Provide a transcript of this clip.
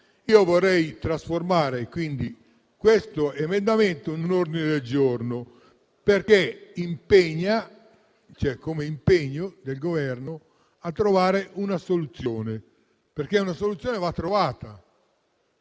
Io vorrei trasformare quindi questo emendamento in un ordine del giorno per impegnare il Governo a trovare una soluzione, perché una soluzione va trovata,